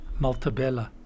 Maltabella